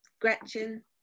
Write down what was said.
Gretchen